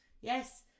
Yes